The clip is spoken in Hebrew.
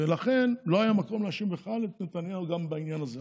ולכן לא היה מקום להאשים בכלל את נתניהו גם בעניין הזה.